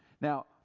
Now